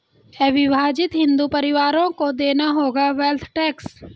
अविभाजित हिंदू परिवारों को देना होगा वेल्थ टैक्स